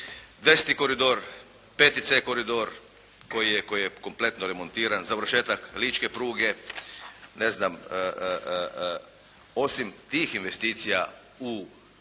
koridor, 5.C koridor koji je kompletno remontiran, završetak ličke pruge, osim tih investicija u